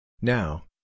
Now